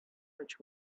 which